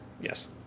Yes